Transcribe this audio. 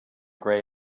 grey